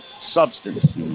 substance